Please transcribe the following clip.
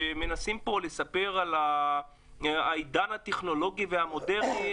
שמנסים פה לספר על העידן הטכנולוגי והמודרני,